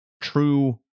true